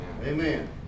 Amen